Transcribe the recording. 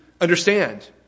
understand